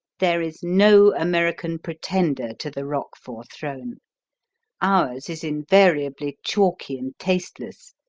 there is no american pretender to the roquefort throne. ours is invariably chalky and tasteless.